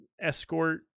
escort